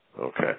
Okay